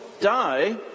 die